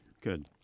good